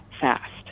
fast